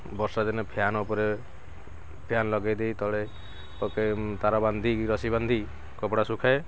ବର୍ଷା ଦିନେ ଫ୍ୟାନ୍ ଉପରେ ଫ୍ୟାନ୍ ଲଗେଇ ଦେଇ ତଳେ ପକେଇ ତାର ବାନ୍ଧିକି ରଶି ବାନ୍ଧି କପଡ଼ା ଶୁଖାଏ